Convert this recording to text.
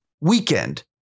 weekend